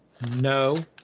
No